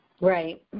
Right